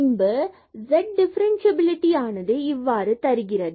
பின்பு z differentiability யானது இவ்வாறு தருகிறது